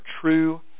true